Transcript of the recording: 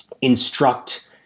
instruct